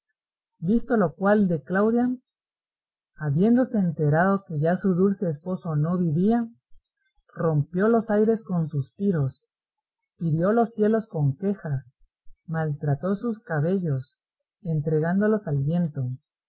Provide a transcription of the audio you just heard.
visto lo cual de claudia habiéndose enterado que ya su dulce esposo no vivía rompió los aires con suspiros hirió los cielos con quejas maltrató sus cabellos entregándolos al viento